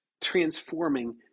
transforming